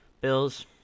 Bills